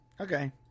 Okay